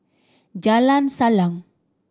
Jalan Salang